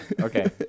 Okay